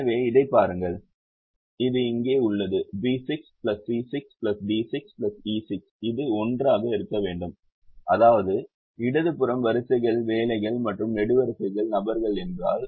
எனவே இதைப் பாருங்கள் இது இங்கே உள்ளது B6 C6 D6 E6 இது 1 ஆக இருக்க வேண்டும் அதாவது இடது புறம் வரிசைகள் வேலைகள் மற்றும் நெடுவரிசைகள் நபர்கள் என்றால்